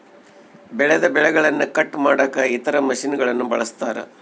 ಬೆಳೆದ ಬೆಳೆಗನ್ನ ಕಟ್ ಮಾಡಕ ಇತರ ಮಷಿನನ್ನು ಬಳಸ್ತಾರ